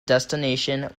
destination